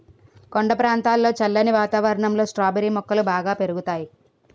కొండ ప్రాంతంలో చల్లని వాతావరణంలో స్ట్రాబెర్రీ మొక్కలు బాగా పెరుగుతాయి